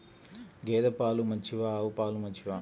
గేద పాలు మంచివా ఆవు పాలు మంచివా?